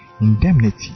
indemnity